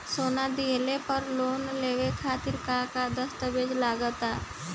सोना दिहले पर लोन लेवे खातिर का का दस्तावेज लागा ता?